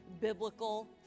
biblical